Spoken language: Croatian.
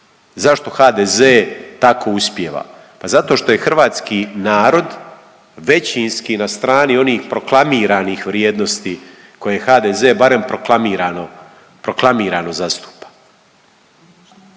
zašto HDZ tako uspijeva? Pa zato što je hrvatski narod većinski na strani onih proklamiranih vrijednosti koje HDZ barem proklamirano zastupa.